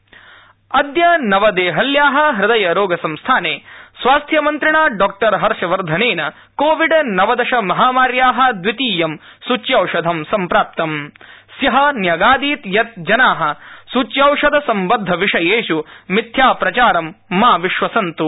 हर्षवर्धन अदय नवदेहल्या हृदय रोग संस्थाने स्वास्थ्य मन्त्रिणा डॉक्टर हर्षवर्धनेन कोविड नवदश महामार्या दवितीयं सृच्यौषधं सम्प्राप्तम स न्यगादीत यत जना सृच्यौषध सम्बदध विषयेष् मिथ्या प्रचारं न विश्वसन्त्